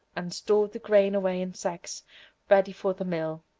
and stored the grain away in sacks ready for the mill.